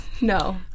No